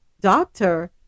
doctor